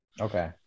Okay